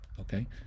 Okay